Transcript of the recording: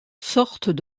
sortent